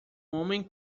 homem